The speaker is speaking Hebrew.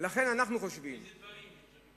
איזה דברים?